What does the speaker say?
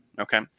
okay